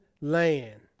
land